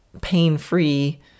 pain-free